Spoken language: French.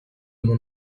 mon